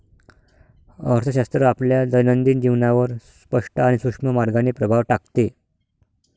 अर्थशास्त्र आपल्या दैनंदिन जीवनावर स्पष्ट आणि सूक्ष्म मार्गाने प्रभाव टाकते